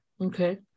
Okay